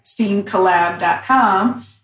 STEAMcollab.com